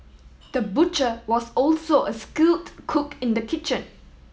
the butcher was also a skilled cook in the kitchen